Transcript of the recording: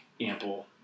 ample